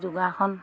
যোগাসন